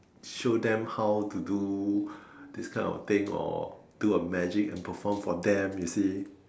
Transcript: show them how to do this kind of thing or do a magic and perform for them you see